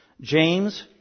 James